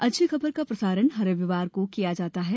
अच्छी खबर का प्रसारण हर रविवार को किया जाता है